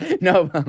No